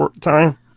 time